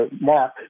Mark